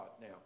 Now